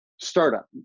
startup